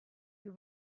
you